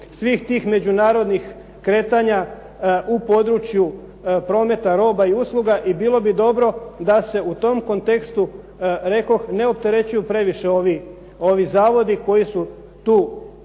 svih tih međunarodnih kretanja u području prometa roba i usluga i bilo bi dobro da se u tom kontekstu rekoh ne opterećuju previše ovi zavodi koji su tu